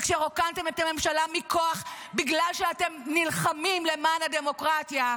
וכשרוקנתם את הממשלה מכוח בגלל שאתם נלחמים למען הדמוקרטיה,